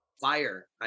Fire